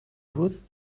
root